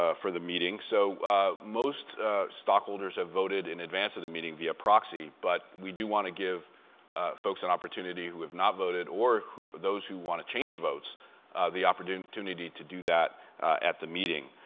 ah for the meeting. so most stockholders have voted in advance of the meeting via proxy. but we do want to give folks an opportunity who have not voted, or those who want to change votes the opportunity to do that at the meeting.